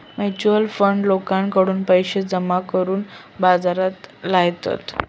mutual fund लोकांकडून पैशे जमा करून बाजारात लायतत